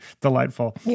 delightful